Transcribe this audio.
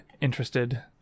interested